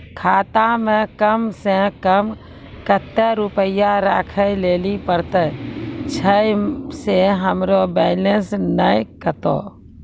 खाता मे कम सें कम कत्ते रुपैया राखै लेली परतै, छै सें हमरो बैलेंस नैन कतो?